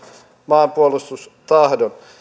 maanpuolustustahdon